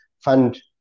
Fund